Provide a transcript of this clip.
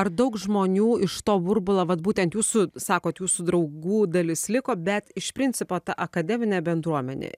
ar daug žmonių iš to burbula vat būtent jūsų sakot jūsų draugų dalis liko bet iš principo ta akademinė bendruomenė